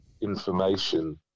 information